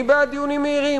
אני בעד דיונים מהירים,